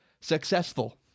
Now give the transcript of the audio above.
successful